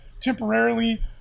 temporarily